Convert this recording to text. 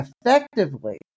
effectively